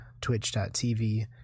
Twitch.tv